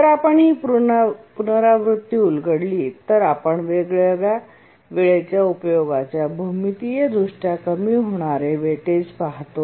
जर आपण ही पुनरावृत्ती उलगडली तर आपण वेगवेगळ्या वेळेच्या उपयोगाच्या भौमितीयदृष्ट्या कमी होणारे वेईटेज पाहतो